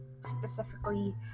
specifically